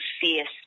fierce